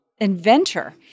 inventor